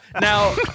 Now